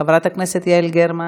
חברת הכנסת יעל גרמן